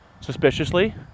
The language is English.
suspiciously